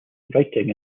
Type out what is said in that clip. writing